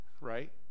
right